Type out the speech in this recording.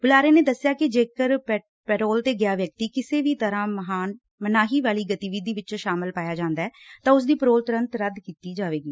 ਬੁਲਾਰੇ ਨੇ ਦੱਸਿਆ ਕਿ ਜੇਕਰ ਪੈਰੋਲ ਤੇ ਗਿਆ ਵਿਅਕਤੀ ਕਿਸੇ ਵੀ ਤਰੂਾ ਮਨਾਹੀ ਵਾਲੀ ਗਤੀਵਿਧੀ ਵਿੱਚ ਸ਼ਾਮਲ ਪਾਇਆ ਜਾਂਦੈ ਤਾਂ ਉਸਦੀ ਪੈਰੋਲ ਤੁਰੰਤ ਰੱਦ ਕਰ ਦਿੱਤੀ ਜਾਵੇਗੀ